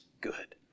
good